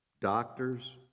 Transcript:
doctors